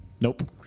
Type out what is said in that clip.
Nope